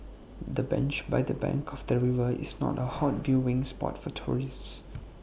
the bench by the bank of the river is not A hot viewing spot for tourists